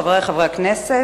חברי חברי הכנסת,